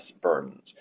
burdens